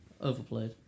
Overplayed